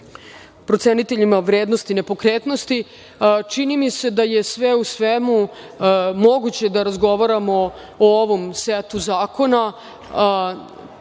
proceniteljima vrednosti nepokretnosti. Čini mi se da je, sve u svemu, moguće da razgovaramo o ovom setu zakona